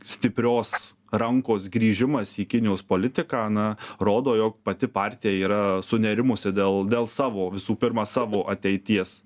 stiprios rankos grįžimas į kinijos politiką na rodo jog pati partija yra sunerimusi dėl dėl savo visų pirma savo ateities